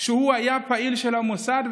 שהיה פעיל של המוסד,